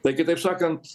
tai kitaip sakant